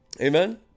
Amen